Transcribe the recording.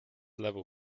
level